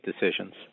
decisions